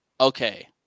Okay